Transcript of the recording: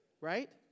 Right